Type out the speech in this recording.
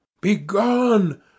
Begone